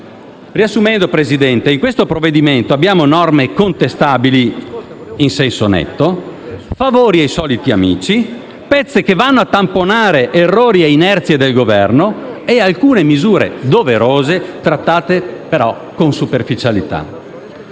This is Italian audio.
Riassumendo, signor Presidente, in questo provvedimento abbiamo norme contestabili in senso netto, favori ai soliti amici, pezze che vanno a tamponare errori e inerzie del Governo e alcune misure doverose, trattate però con superficialità.